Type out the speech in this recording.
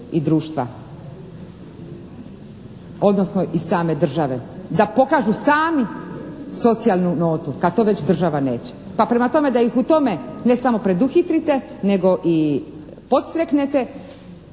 i društva odnosno i same države. Da pokažu sami socijalnu notu kad to već država neće. Pa prema tome da ih u tome ne samo preduhitrite nego i podstreknete